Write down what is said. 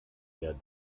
eher